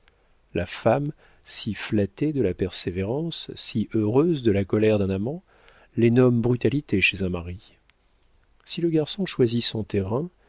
la femme si flattée de la persévérance si heureuse de la colère d'un amant les nomme brutalité chez un mari si le garçon choisit son terrain